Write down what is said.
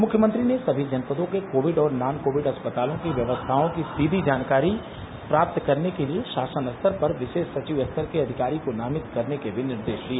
मुख्यमंत्री ने सभी जनपदों के कोविड और नॉन कोविड अस्पतालों की व्यवस्थाओं की सीधी जानकारी प्राप्त करने के लिए शासन स्तर पर विशेष सचिव स्तर के एक अधिकारी को नामित करने के भी निर्देश दिए